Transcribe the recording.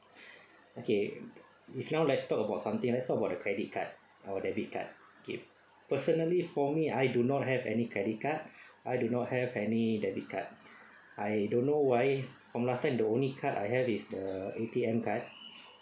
okay if now let's talk about something let's talk about the credit card or debit card okay personally for me I do not have any credit card I do not have any debit card I don't know why from last time the only card I have is the A_T_M card